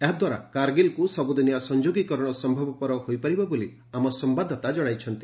ଏହାଦ୍ୱାରା କାରଗିଲକୁ ସବୁଦିନିଆ ସଂଯୋଗୀକରଣ ସମ୍ଭବ ହୋଇପାରିବ ବୋଲି ଆମ ସମ୍ଭାଦଦାତା ଜଣାଇଛନ୍ତି